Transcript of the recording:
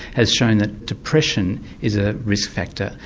has shown that depression is a risk factor.